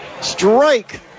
Strike